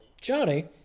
Johnny